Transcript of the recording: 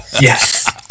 Yes